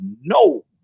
no